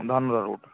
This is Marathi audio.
रोड